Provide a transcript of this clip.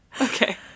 Okay